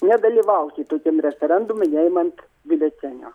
nedalyvauti tokiam referendume neimant biuletenio